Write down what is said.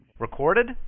Recorded